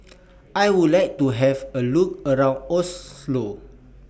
I Would like to Have A Look around Oslo